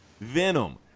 Venom